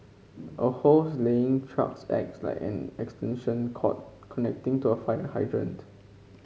a hose laying trucks acts like an extension cord connecting to a fire hydrant